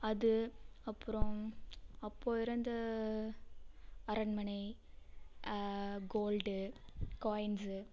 அது அப்புறம் அப்போது இருந்த அரண்மனை கோல்டு காயின்ஸு